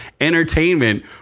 entertainment